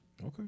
Okay